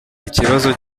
ikibazo